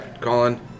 Colin